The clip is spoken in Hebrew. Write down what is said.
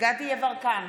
גדי יברקן,